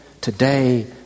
today